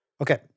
Okay